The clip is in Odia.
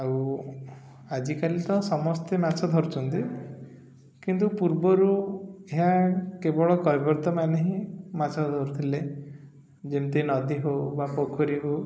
ଆଉ ଆଜିକାଲି ତ ସମସ୍ତେ ମାଛ ଧରୁଛନ୍ତି କିନ୍ତୁ ପୂର୍ବରୁ ଏହା କେବଳ କୈବର୍ତ୍ତ୍ୟ ମାନେ ହିଁ ମାଛ ଧରୁଥିଲେ ଯେମିତି ନଦୀ ହଉ ବା ପୋଖରୀ ହଉ